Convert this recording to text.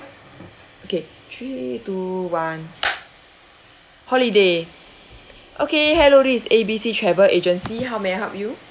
okay three two one holiday okay hello this is A_B_C travel agency how may I help you